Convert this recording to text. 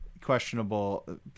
questionable